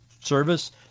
service